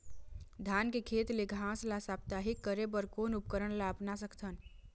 धान के खेत ले घास ला साप्ताहिक करे बर कोन उपकरण ला अपना सकथन?